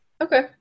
Okay